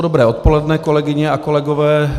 Dobré odpoledne, kolegyně a kolegové.